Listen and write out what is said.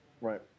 right